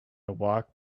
walked